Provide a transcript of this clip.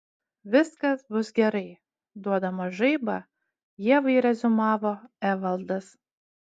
viskas bus gerai duodamas žaibą ievai reziumavo evaldas